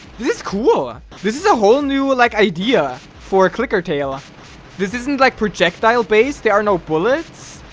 this cool, ah this is a whole new like idea for a clicker tail ah this isn't like projectile base there are no bullets.